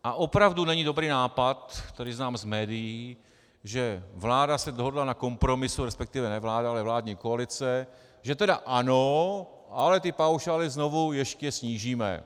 A opravdu není dobrý nápad, který znám z médií, že vláda se dohodla na kompromisu, resp. ne vláda, ale vládní koalice, že tedy ano, ale ty paušály znovu ještě snížíme.